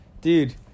Dude